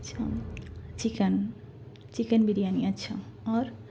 اچھا chicken chicken biryani اچھا اور